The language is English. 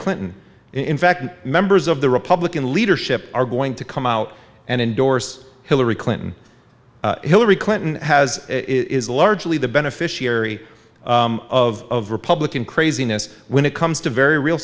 clinton in fact members of the public and leadership are going to come out and endorse hillary clinton hillary clinton has is largely the beneficiary of republican craziness when it comes to very real